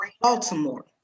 Baltimore